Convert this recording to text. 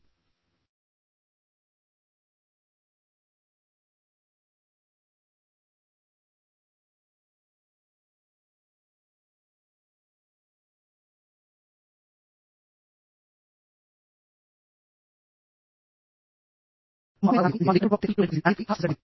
మనము అనుకూలమైన వాతావరణాన్ని ఎంచుకోని అంటే యజమాని మరియు కార్మికుడు గొడవ పడుతున్నట్లయితే ఆఫీసులో మీరు వారిని బయటకు తీసుకెళ్లి క్యాంటీన్కు తీసుకెళ్లి ఫలహారశాలకు తీసుకెళ్లడం మంచిది